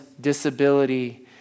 disability